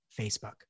Facebook